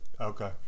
Okay